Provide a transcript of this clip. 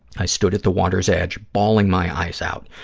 i stood at the water's edge, bawling my eyes out,